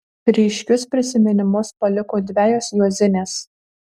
ryškius prisiminimus paliko dvejos juozinės